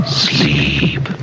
sleep